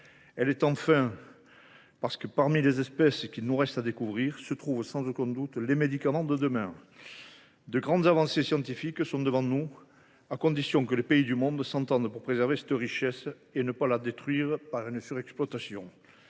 climat ; enfin, parce que les espèces qu’il nous reste à y découvrir nous permettront sans doute de développer les médicaments de demain. De grandes avancées scientifiques sont devant nous, à condition que les pays du monde s’entendent pour préserver cette richesse et ne pas la détruire par une surexploitation.